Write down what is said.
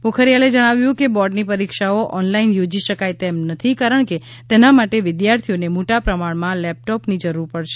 પોખરિયાલે જણાવ્યું હતું કે બોર્ડની પરીક્ષાઓ ઓનલાઈન યોજી શકાય તેમ નથી કારણ કે તેના માટે વિદ્યાર્થીઓને મોટાપ્રમાણમાં લેબટોપની જરૂર પડશે